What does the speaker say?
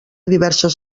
diverses